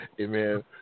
Amen